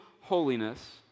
holiness